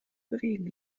bewegen